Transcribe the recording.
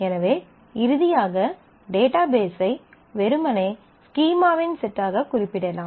எனவே இறுதியாக டேட்டாபேஸை வெறுமனே ஸ்கீமாவின் செட்டாக குறிப்பிடலாம்